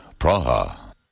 Praha